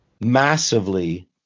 massively